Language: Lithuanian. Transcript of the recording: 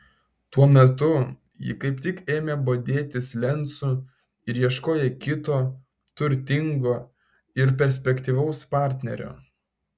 tuo metu ji kaip tik ėmė bodėtis lencu ir ieškojo kito turtingo ir perspektyvaus partnerio